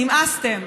נמאסתם.